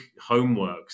homeworks